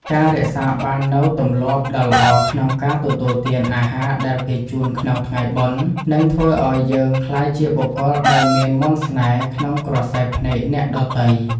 ការរក្សាបាននូវទម្លាប់ដ៏ល្អក្នុងការទទួលទានអាហារដែលគេជូនក្នុងថ្ងៃបុណ្យ នឹងធ្វើឱ្យយើងក្លាយជាបុគ្គលដែលមានមន្តស្នេហ៍ក្នុងក្រសែភ្នែកអ្នកដទៃ។